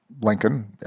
Lincoln